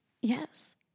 Yes